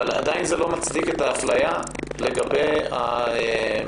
עדיין זה לא מצדיק את האפליה לגבי מענק